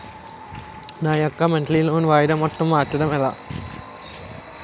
నా యెక్క monthly loan వాయిదా మొత్తం మార్చడం ఎలా?